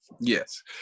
yes